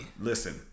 Listen